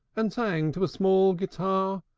and sang to a small guitar,